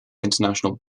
international